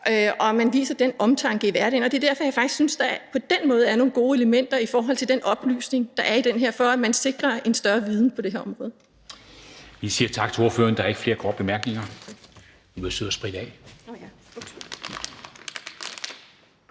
at man viser den omtanke i hverdagen. Det er derfor, jeg faktisk synes, at der på den måde er nogle gode elementer i forhold til den oplysning, der er i det her, så man sikrer en større viden på det her område. Kl. 13:59 Formanden (Henrik Dam Kristensen): Vi siger tak til ordføreren. Der er ikke flere korte bemærkninger. Vil du være sød at spritte af?